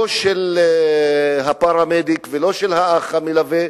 לא של הפרמדיק ולא של האח המלווה,